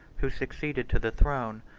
who succeeded to the throne,